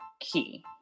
key